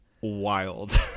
wild